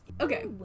Okay